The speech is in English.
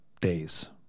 days